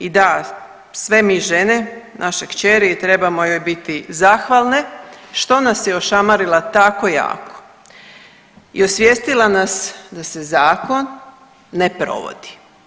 I da, sve mi žene, naše kćeri trebamo joj biti zahvalne što nas je ošamarila tako jako i osvijestila nas da se zakon ne provodi.